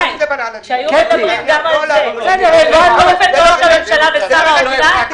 מדברים גם על זה --- בואו לא נערב את ראש הממשלה ואת שר האוצר בזה.